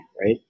right